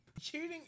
Cheating